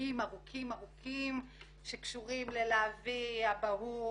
הארוכים ארוכים שקשורים ללהביא אבהות,